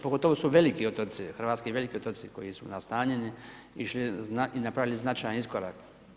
Pogotovo su veliki otoci, hrvatski veliki otoci koji su nastanjeni išli i napravili značajan iskorak.